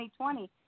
2020